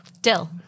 Dill